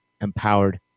empowered